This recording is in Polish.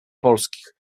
polskich